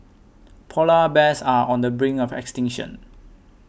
Polar Bears are on the brink of extinction